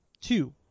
two